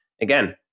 again